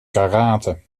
karate